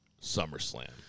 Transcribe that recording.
SummerSlam